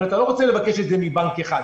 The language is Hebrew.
אבל אתה לא רוצה לבקש את זה מבנק אחד,